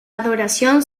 adoración